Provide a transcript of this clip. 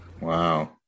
Wow